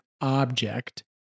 object